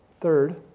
Third